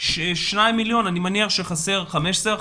אני מניח שחסרים ל-15%,